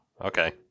okay